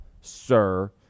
sir